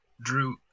Drew